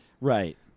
Right